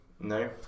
no